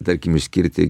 tarkim skirti